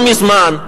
לא מזמן,